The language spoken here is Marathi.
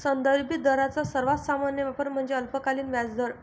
संदर्भित दरांचा सर्वात सामान्य वापर म्हणजे अल्पकालीन व्याजदर